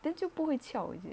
then 就不会翘 is it